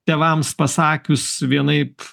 tėvams pasakius vienaip